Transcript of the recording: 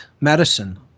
medicine